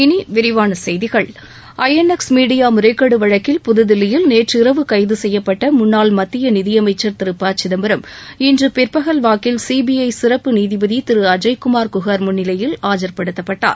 இனி விரிவான செய்திகள் ஐ என் எக்ஸ் மீடியா முறைகேடு வழக்கில் புதுதில்லியில் நேற்று இரவு கைது செய்யப்பட்ட முன்னாள் மத்திய நிதி அமைச்ச் திரு ப சிதம்பரம் இன்று பிற்பகல் வாக்கில் சிபிஐ சிறப்பு நீதிபதி திரு அஜய்குமா் குன் முன்னிலையில் ஆஜர்படுத்தப்பட்டார்